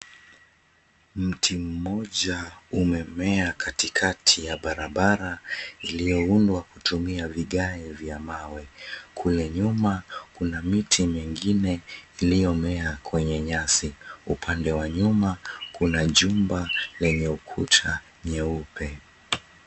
Mti mmoja umemea katikati ya barabara iliyoundwa kutumia vigae vya mawe. Kule nyuma kuna miti mingine iliyomea kwenye nyasi. Upande wa nyuma kuna jumba lenye ukuta nyeupe.